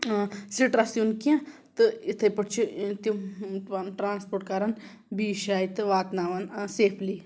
stress یُن کینٛہہ تہٕ یِتھَے پٲٹھۍ چھِ تِم پانہٕ ٹرٛانَسپوٹ کَران بیٚیس جایہِ تہٕ واتناوَن سیفلی